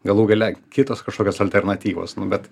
galų gale kitos kašokios alternatyvos nu bet